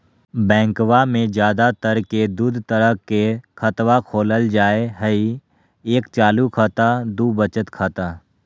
बैंकवा मे ज्यादा तर के दूध तरह के खातवा खोलल जाय हई एक चालू खाता दू वचत खाता